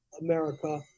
America